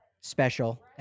special